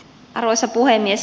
arvoisa puhemies